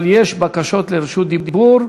אבל יש בקשות לרשות דיבור.